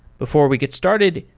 before we get started,